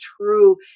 true